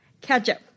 Ketchup